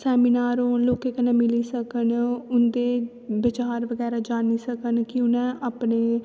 seminar होन लोकें कन्नै मिली सकन उंदे बचार बगैरा जानी सकन कि उनैं अपने